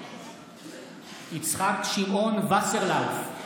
מתחייבת אני יצחק שמעון וסרלאוף,